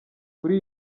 kuri